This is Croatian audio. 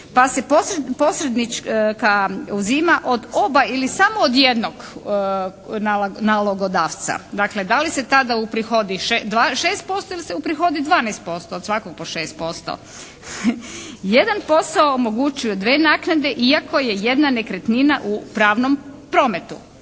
Pa se posrednička uzima od oba ili samo od jednog nalogodavca. Dakle da li se tada uprihodi 6% ili se uprihodi 12% od svakog po 6%? Jedan posao omogućuje dvije naknade iako je jedna nekretnina u pravnom prometu.